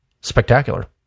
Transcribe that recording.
spectacular